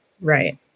Right